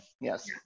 yes